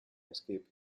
escape